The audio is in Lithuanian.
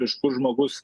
iš kur žmogus